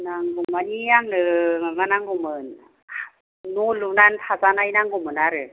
नांगौ मानि आंनो माबा नांगौमोन न' लुनानै थाजानाय नांगौमोन आरो